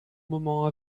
moment